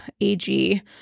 AG